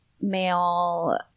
male